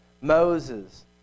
Moses